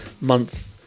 month